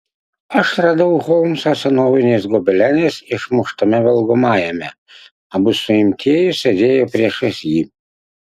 aš radau holmsą senoviniais gobelenais išmuštame valgomajame abu suimtieji sėdėjo priešais jį